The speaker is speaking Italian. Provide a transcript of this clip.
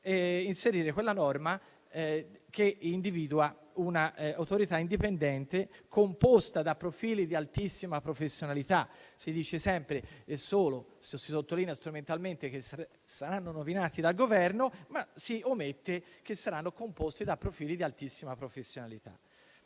inserire la norma che individua un'autorità indipendente composta da profili di altissima professionalità. Si sottolinea strumentalmente che saranno nominati dal Governo, ma si omette che saranno composti da profili di altissima professionalità.